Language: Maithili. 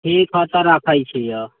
ठीक हौ तऽ रखै छियह